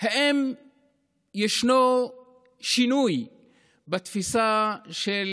אם יש שינוי בתפיסה של